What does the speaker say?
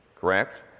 correct